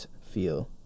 feel